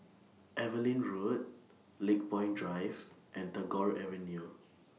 Evelyn Road Lakepoint Drive and Tagore Avenue